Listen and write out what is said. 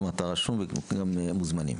גם אתה רשום וכולם מוזמנים.